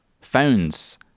phones